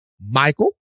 Michael